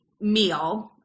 meal